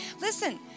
Listen